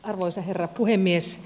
arvoisa herra puhemies